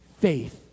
Faith